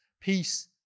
peace